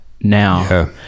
now